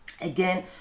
Again